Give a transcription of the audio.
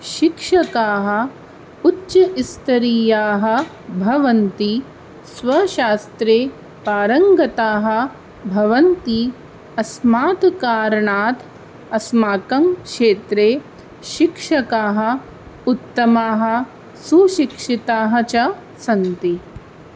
शिक्षकाः उच्चस्तरीयाः भवन्ति स्वशास्त्रे पारङ्गताः भवन्ति अस्मात् कारणात् अस्माकं क्षेत्रे शिक्षकाः उत्तमाः सुशिक्षिताः च सन्ति